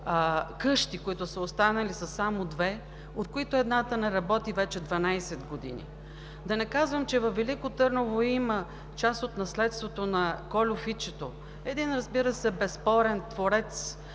къщи, които са останали, са само две, от които едната не работи вече 12 години. Да не казвам, че във Велико Търново има част от наследството на Кольо Фичето, един безспорен творец,